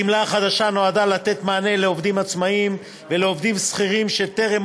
הגמלה החדשה נועדה לתת מענה לעובדים עצמאים ולעובדים שכירים שטרם